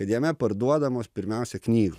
kad jame parduodamos pirmiausia knygos